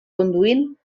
conduint